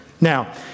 Now